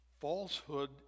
falsehood